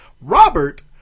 Robert